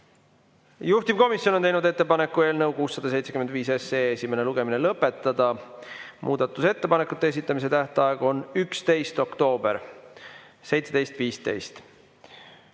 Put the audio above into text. Juhtivkomisjon on teinud ettepaneku eelnõu 675 esimene lugemine lõpetada. Muudatusettepanekute esitamise tähtaeg on 11. oktoober 17.15.